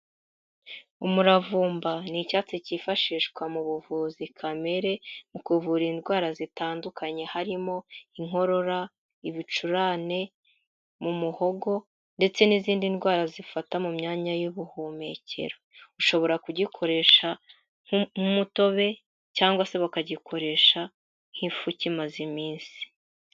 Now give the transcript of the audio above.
Umuravumba ni icyatsi kifashishwa mu buvuzi kamere mu kuvura indwara zitandukanye harimo: inkorora, ibicurane, mu muhogo ndetse n'izindi ndwara zifata mu myanya y'ubuhumekero, ushobora kugikoresha nk'umutobe cyangwa se bakagikoresha nk'ifu kimaze iminsi.